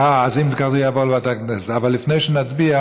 אם כך, זה יעבור לוועדת הכנסת, אבל לפני שנצביע,